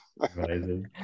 amazing